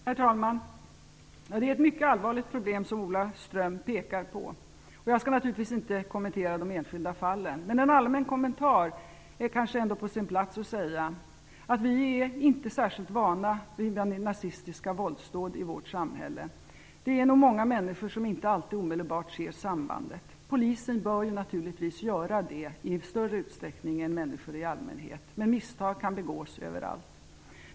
Herr talman! Det är ett mycket allvarligt problem som Ola Ström pekar på. Jag skall naturligtvis inte kommentera de enskilda fallen. Men en allmän kommentar är kanske ändå på sin plats. Vi är inte särskilt vana vid nazistiska våldsdåd i vårt samhälle. Det är nog många människor som inte omedelbart ser sambandet. Polisen bör naturligtvis göra det i större utsträckning än människor i allmänhet. Men misstag kan begås överallt.